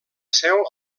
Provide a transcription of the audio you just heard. seu